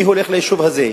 מי הולך ליישוב הזה,